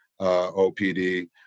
OPD